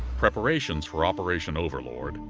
preparations for operation overlord,